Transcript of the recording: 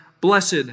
blessed